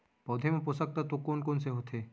पौधे मा पोसक तत्व कोन कोन से होथे?